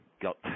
got